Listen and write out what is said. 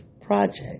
project